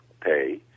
pay